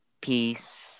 Peace